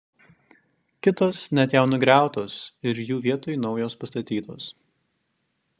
kitos net jau nugriautos ir jų vietoj naujos pastatytos